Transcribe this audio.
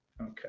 Okay